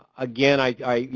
again, i,